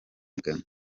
ghana